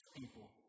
people